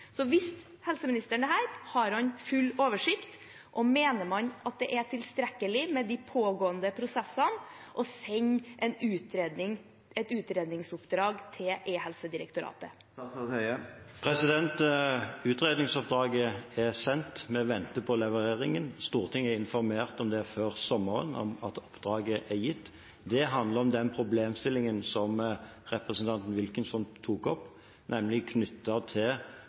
Har han full oversikt, og mener man at det er tilstrekkelig, med de pågående prosessene, å sende et utredningsoppdrag til Direktoratet for e-helse? Utredningsoppdraget er sendt. Vi venter på leveringen. Stortinget ble informert før sommeren om at oppdraget er gitt. Det handler om den problemstillingen som representanten Wilkinson tok opp, nemlig knyttet til